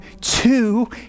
two